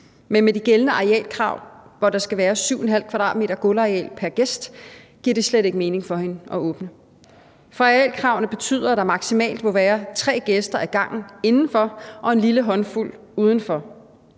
Men med de gældende arealkrav, hvor der skal være 7,5 m² gulvareal pr. gæst, giver det slet ikke mening for hende at åbne, for arealkravene betyder, at der maksimalt må være tre gæster ad gangen indenfor og en lille håndfuld udenfor.